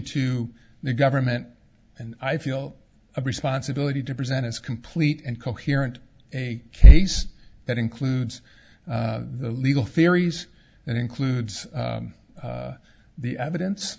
to the government and i feel a responsibility to present its complete and coherent a case that includes the legal theories that includes the evidence